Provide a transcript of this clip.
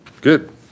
Good